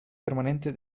permanente